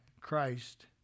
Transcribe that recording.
Christ